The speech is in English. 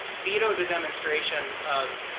veto the demonstration of,